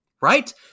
right